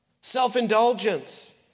Self-indulgence